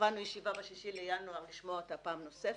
קבענו ישיבה ל-6 בינואר לשמוע אותה פעם נוספת.